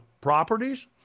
properties